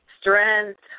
strength